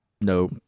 No